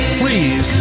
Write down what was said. please